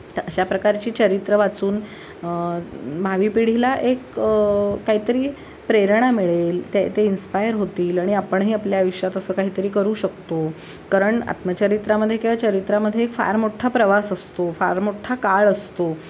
तर अशा प्रकारची चरित्रं वाचून भावी पिढीला एक काहीतरी प्रेरणा मिळेल ते ते इन्स्पायर होतील आणि आपणही आपल्या आयुष्यात असं काहीतरी करू शकतो कारण आत्मचरित्रामध्ये किंवा चरित्रामध्ये एक फार मोठ्ठा प्रवास असतो फार मोठ्ठा काळ असतो